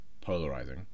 polarizing